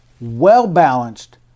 well-balanced